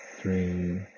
three